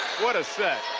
what a set.